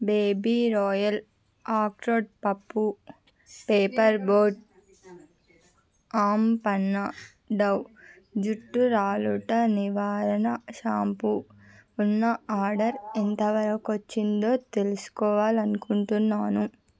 baby royal ఆక్రోటు పప్పు paper boat aam panna Dove జుట్టు రాలుట నివారణ షాంపూ ఉన్న ఆర్డర్ ఎంతవరకు వచ్చిందో తెలుసుకోవాలని అనుకుంటున్నాను